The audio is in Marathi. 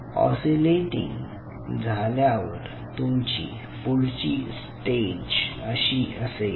ऑसीलेटिंग झाल्यावर तुमची पुढची स्टेज अशी असेल